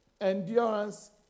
endurance